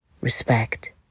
respect